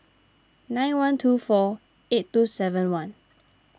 nine one two four eight two seven one